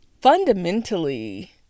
fundamentally